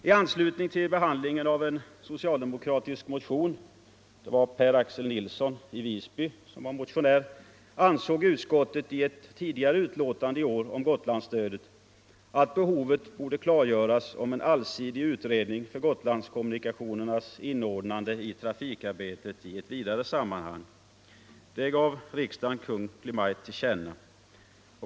I anslutning till behandlingen av en socialdemokratisk motion — väckt av Per-Axel Nilsson i Visby — ansåg utskottet i sitt tidigare betänkande i år om Gotlandsstödet att behovet borde klargöras genom en allsidig utredning om Gotlandskommunikationernas inordnande i trafikarbetet i ett vidare sammanhang. Detta gav riksdagen Kungl. Maj:t till känna.